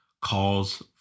calls